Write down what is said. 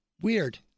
weird